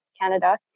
Canada